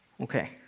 Okay